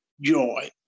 joy